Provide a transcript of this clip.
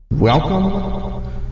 Welcome